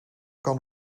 kan